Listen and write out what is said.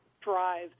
drive